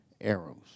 arrows